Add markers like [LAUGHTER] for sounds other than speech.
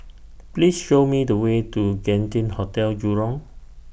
[NOISE] Please Show Me The Way to Genting Hotel Jurong